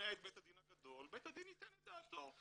בית הדין ייתן את דעתו.